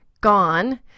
gone